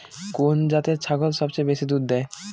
কোন জাতের ছাগল সবচেয়ে বেশি দুধ দেয়?